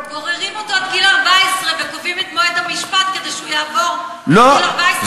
גוררים אותו עד גיל 14 וקובעים את מועד המשפט כדי שהוא יעבור את גיל 14,